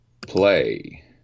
play